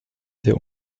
der